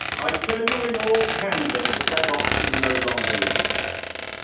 i tell you in all candor that that option no longer exists.